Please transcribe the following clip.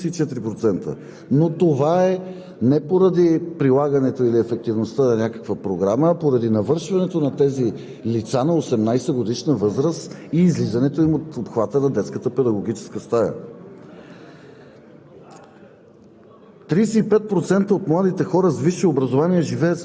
и непълнолетни лица за извършени от тях различни по своя характер престъпления. Броят им нараства с близо процент. Снети от детска педагогическа стая – забележете, са 44%, но това е не поради прилагането или ефективността на някаква програма, а поради навършването на тези лица на 18-годишна възраст